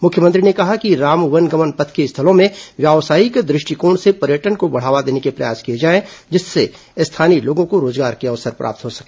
मुख्यमंत्री ने कहा कि राम वन गमन पथ के स्थलों में व्यवसायिक दृष्टिकोण से पर्यटन को बढ़ावा देने के प्रयास किए जाए जिससे स्थानीय लोगों को रोजगार के अवसर प्राप्त हो सके